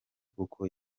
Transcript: kuko